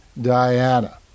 Diana